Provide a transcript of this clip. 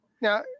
Now